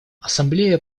ассамблея